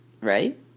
right